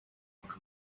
ubukwe